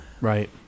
Right